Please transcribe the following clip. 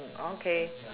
okay